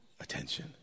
attention